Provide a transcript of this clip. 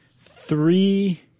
three